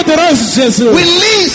release